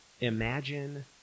imagine